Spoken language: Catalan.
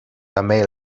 també